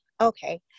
okay